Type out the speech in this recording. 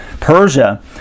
Persia